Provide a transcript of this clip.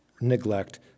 neglect